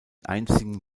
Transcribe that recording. einzigen